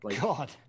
God